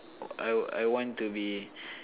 I I want to be